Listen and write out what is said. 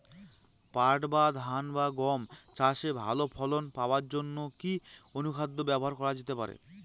পাট বা ধান বা গম চাষে ভালো ফলন পাবার জন কি অনুখাদ্য ব্যবহার করা যেতে পারে?